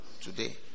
Today